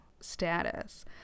status